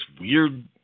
weird